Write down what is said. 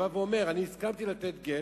הוא בא ואומר: הסכמתי לתת גט,